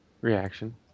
reaction